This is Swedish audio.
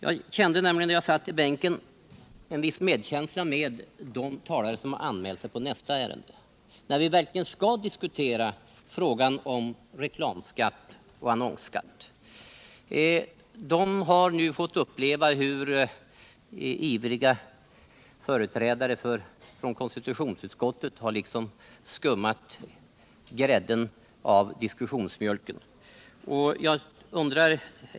Jag hyste nämligen där jag satt i bänken en viss medkänsla med de talare som anmält sig på talarlistan i nästa ärende, där vi verkligen skall diskutera reklamskatten och annonsskatten. De har nu fått uppleva hur ivriga företrädare för konstitutionsutskottet liksom skummat grädden av diskussionsmjölken.